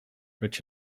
rich